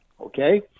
okay